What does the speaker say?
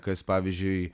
kas pavyzdžiui